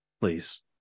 please